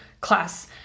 class